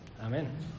Amen